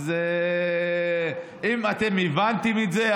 אז אם אתם הבנתם את זה,